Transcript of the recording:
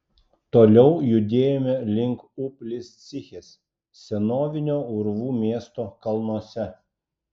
toliau judėjome link upliscichės senovinio urvų miesto kalnuose